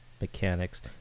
mechanics